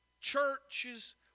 churches